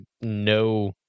no